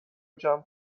جمع